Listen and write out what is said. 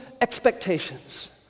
expectations